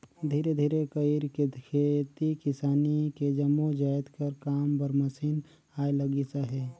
धीरे धीरे कइरके खेती किसानी के जम्मो जाएत कर काम बर मसीन आए लगिस अहे